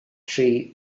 tri